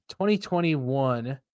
2021